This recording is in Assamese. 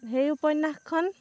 সেই উপন্যাসখন